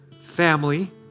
family